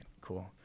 cool